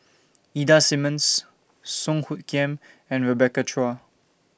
Ida Simmons Song Hoot Kiam and Rebecca Chua